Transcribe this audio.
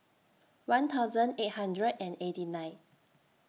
one thousand eight hundred and eighty nine